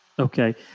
Okay